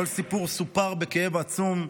כל סיפור סופר בכאב עצום,